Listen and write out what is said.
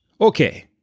Okay